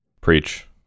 Preach